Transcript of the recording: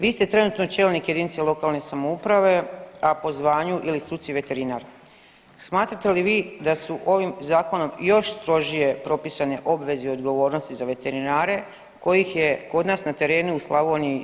Vi ste trenutno čelnik jedinice lokalne samouprave, a po zvanju ili struci veterinar, smatrate li vi da su ovim zakonom još strožije propisane obveze i odgovornosti za veterinare kojih je kod nas na terenu u Slavoniji sve manje?